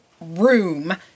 room